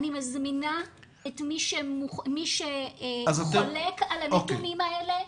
אני מזמינה את מי שחולק על הנתונים האלה,